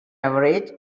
average